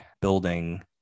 building